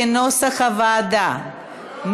כנוסח הוועדה.